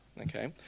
okay